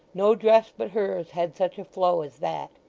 no dress but hers had such a flow as that.